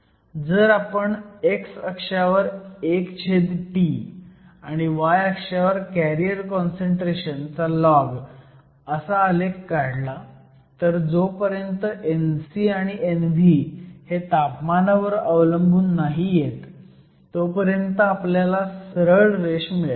जर आपण X अक्षावर 1 छेद T आणि Y अक्षावर कॅरियर काँसंट्रेशन चा लॉग असा आलेख काढला तर जोपर्यंत Nc आणि Nv हे तापमानावर अवलंबून नाहीयेत तोपर्यंत आपल्याला सरळ रेष मिळेल